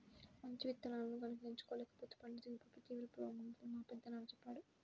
మంచి విత్తనాలను గనక ఎంచుకోకపోతే పంట దిగుబడిపై తీవ్ర ప్రభావం ఉంటుందని మా పెదనాన్న చెప్పాడు